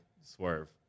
Swerve